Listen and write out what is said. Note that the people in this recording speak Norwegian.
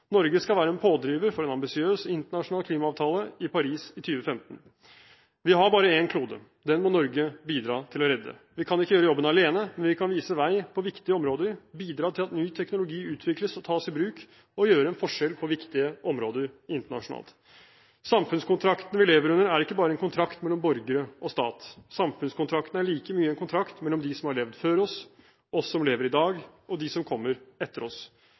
Norge skal være en pådriver for en ambisiøs internasjonal klimaavtale i Paris i 2015. Vi har bare én klode. Den må Norge bidra til å redde. Vi kan ikke gjøre jobben alene, men vi kan vise vei på viktige områder, bidra til at ny teknologi utvikles og tas i bruk og gjøre en forskjell på viktige områder internasjonalt. Samfunnskontrakten vi lever under, er ikke bare en kontrakt mellom borgere og stat, samfunnskontrakten er like mye en kontrakt mellom de som har levd før oss, oss som lever i dag og de som kommer etter oss.